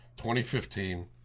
2015